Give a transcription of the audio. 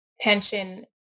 pension